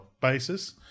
Basis